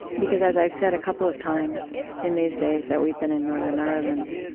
because as i've said a couple of times, in these days that we've been in northern ireland,